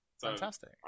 Fantastic